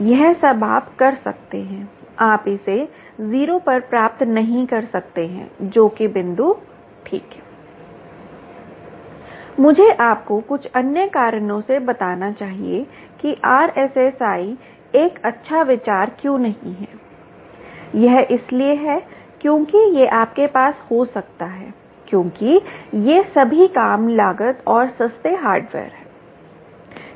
यह सब आप कर सकते हैं आप इसे 0 पर प्राप्त नहीं कर सकते हैं जो कि बिंदु ठीक है मुझे आपको कुछ अन्य कारणों से बताना चाहिए कि RSSI एक अच्छा विचार क्यों नहीं है यह इसलिए है क्योंकि ये आपके पास हो सकता है क्योंकि ये सभी कम लागत और सस्ते हार्डवेयर है